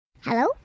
Hello